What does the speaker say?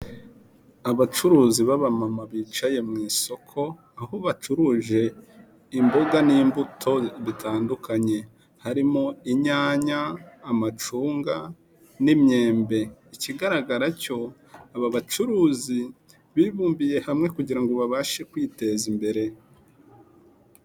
Abacuruzi b'abamama bicaye mu isoko aho bacuruje imboga n'imbuto bitandukanye, harimo inyanya, amacunga n'imyembe, ikigaragara cyo aba bacuruzi bibumbiye hamwe kugira ngo babashe kwiteza imbere.